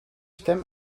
stem